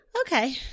Okay